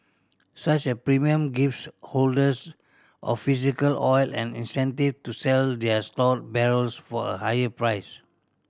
such a premium gives holders of physical oil an incentive to sell their stored barrels for a higher price